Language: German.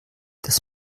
das